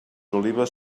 olives